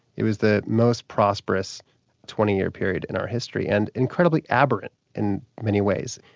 it was the most prosperous twenty year period in our history, and incredibly aberrant in many ways.